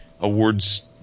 awards